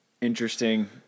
Interesting